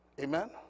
Amen